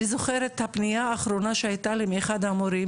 אני זוכרת את הפנייה האחרונה שהייתה לי מאחד המורים,